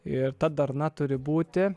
ir ta darna turi būti